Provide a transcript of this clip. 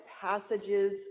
passages